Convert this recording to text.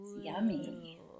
yummy